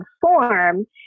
form